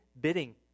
bidding